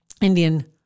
Indian